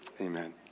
Amen